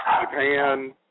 Japan